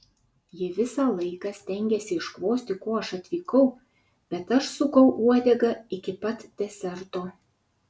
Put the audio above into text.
ji visą laiką stengėsi iškvosti ko aš atvykau bet aš sukau uodegą iki pat deserto